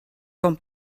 com